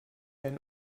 einen